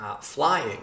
flying